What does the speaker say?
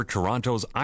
Toronto's